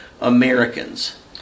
Americans